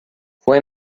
fue